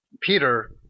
Peter